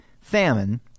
famine